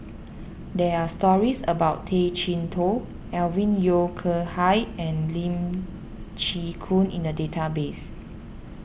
there are stories about Tay Chee Toh Alvin Yeo Khirn Hai and Lee Chin Koon in the database